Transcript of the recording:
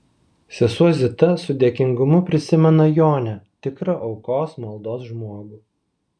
sesuo zita su dėkingumu prisimena jonę tikrą aukos maldos žmogų